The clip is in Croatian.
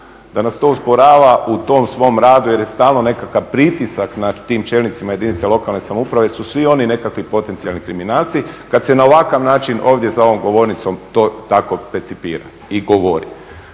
da nas to usporava u tom svom radu jer je stalno nekakav pritisak nad tim čelnicima jedinica lokalne samouprave jer su svi oni nekakvi potencijalni kriminalci. Kad se na ovaj način ovdje za ovom govornicom to tako percipira i govori.